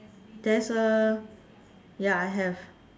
there's a ya I have